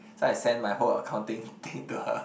so I send my whole accounting thing to her